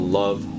love